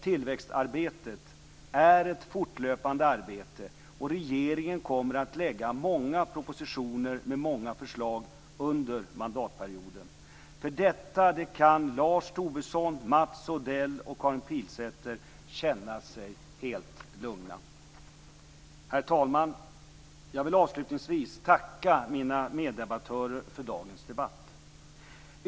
Tillväxtarbetet är ett fortlöpande arbete, och regeringen kommer att lägga fram många propositioner med många förslag under mandatperioden. På denna punkt kan Lars Tobisson, Mats Odell och Karin Pilsäter känna sig helt lugna. Herr talman! Jag vill avslutningsvis tacka mina meddebattörer för dagens debatt.